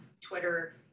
Twitter